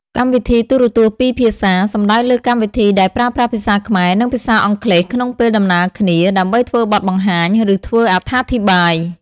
កម្មវិធីទូរទស្សន៍ពីរភាសា សំដៅលើកម្មវិធីដែលប្រើប្រាស់ភាសាខ្មែរនិងភាសាអង់គ្លេសក្នុងពេលដំណាលគ្នាដើម្បីធ្វើបទបង្ហាញ ឬធ្វើអត្ថាធិប្បាយ។